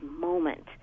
moment